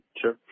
Sure